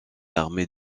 armés